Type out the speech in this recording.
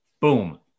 Boom